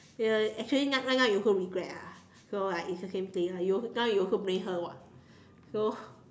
uh actually now right now you also regret lah so like it's the same thing ah you also now you also blame her [what] so